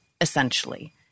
essentially